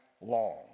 long